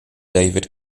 david